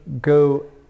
go